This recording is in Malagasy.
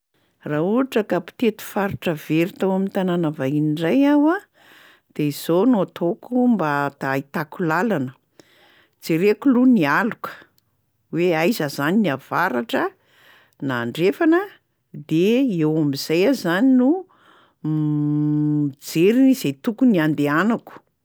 Raha ohatra ka mpitety faritra very tao am'tanàna vahiny ndray aho a, de izao no ataoko mba ahitako làlana: jereko loha ny aloka hoe aiza zany ny avaratra na andrefana de eo am'zay aho zany no mijery zay tokony andehanako.